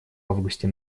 августе